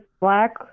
black